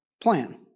plan